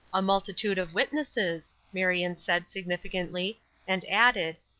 a multitude of witnesses, marion said, significantly and added,